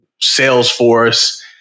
Salesforce